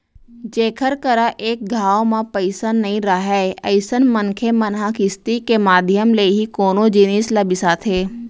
जेखर करा एक घांव म पइसा नइ राहय अइसन मनखे मन ह किस्ती के माधियम ले ही कोनो जिनिस ल बिसाथे